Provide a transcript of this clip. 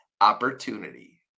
opportunity